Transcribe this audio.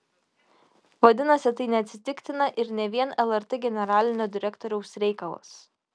vadinasi tai neatsitiktina ir ne vien lrt generalinio direktoriaus reikalas